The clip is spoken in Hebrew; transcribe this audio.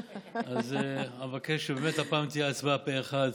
אז אבקש שהפעם תהיה הצבעה פה אחד.